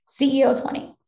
CEO20